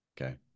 okay